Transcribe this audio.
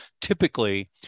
typically